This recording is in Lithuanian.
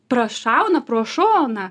prašauna pro šoną